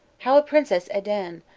how a princess edane,